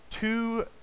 two